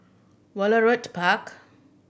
Woollerton Park